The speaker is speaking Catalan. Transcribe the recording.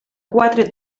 quatre